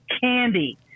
candy